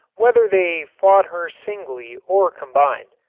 whether they fought her singly or combined.